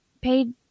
paid